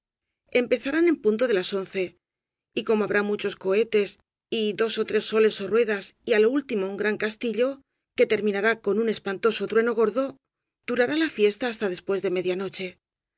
empezarán en punto de las once y como habrá muchos cohetes y dos ó tres soles ó ruedas y á lo último un gran castillo que terminará con un espantoso trueno gordo durará la fiesta hasta después de media noche